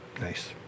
Nice